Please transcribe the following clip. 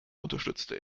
unterstützte